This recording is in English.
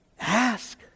ask